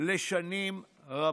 לשנים רבות.